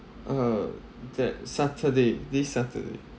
uh that saturday this saturday